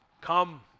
Come